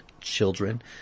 children